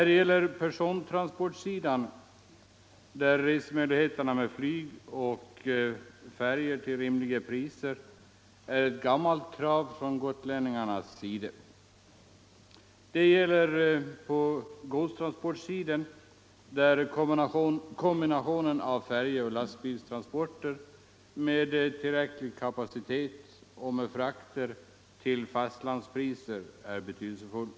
Det gäller persontransporterna, där resemöjligheter med flyg och färjor till rimliga priser är ett gammalt krav från gotlänningarnas sida. Det gäller också godstransporterna, där kombinationen av färjeoch lastbilstransporter med tillräcklig kapacitet och med frakter till fastlandspriser är betydelsefull.